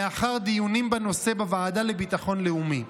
לאחר דיונים בנושא בוועדה לביטחון לאומי.